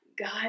God